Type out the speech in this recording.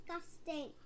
disgusting